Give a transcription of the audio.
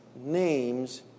name's